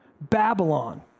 Babylon